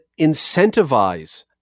incentivize